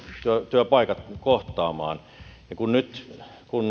työpaikat kohtaamaan kun kysyntä